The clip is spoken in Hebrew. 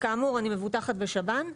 כאמור אני מבוטחת בשב"ן,